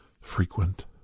frequent